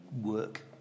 work